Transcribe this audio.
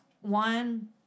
one